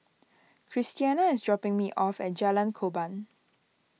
Christiana is dropping me off at Jalan Korban